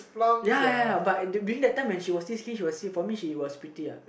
ya ya ya but during that time when she was still skinny for me she was pretty uh